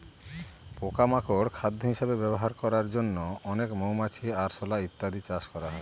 পোকা মাকড় খাদ্য হিসেবে ব্যবহার করার জন্য অনেক মৌমাছি, আরশোলা ইত্যাদি চাষ করা হয়